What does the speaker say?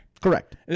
Correct